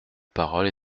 parole